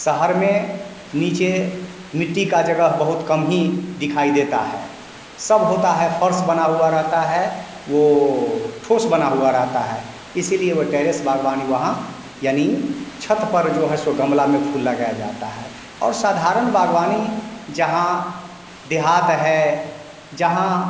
शहर में नीचे मिट्टी का जगह बहुत कम ही दिखाई देता है सब होता है फर्श बना हुआ रहता है वो ठोस बना हुआ रहता है इसीलिए वो टैरेस बागवानी वहाँ यानि छत पर जो है सो गमला में फूल लगाया जाता है और साधारण बागवानी जहाँ देहात है जहाँ